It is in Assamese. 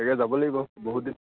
তাকে যাব লাগিব বহুত দিন